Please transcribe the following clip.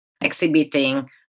exhibiting